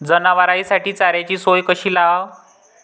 जनावराइसाठी चाऱ्याची सोय कशी लावाव?